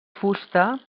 fusta